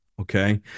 Okay